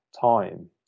time